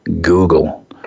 Google